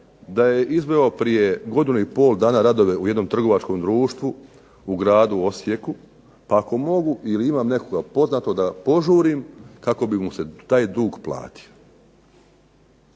da je izveo prije godinu i pol dana radove u jednom trgovačkom društvu u gradu Osijeku, pa ako mogu ili imam nekoga poznatog da požurim kako bi mu se taj dug platio.